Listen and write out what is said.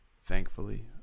Thankfully